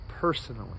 personally